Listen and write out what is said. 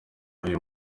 uyu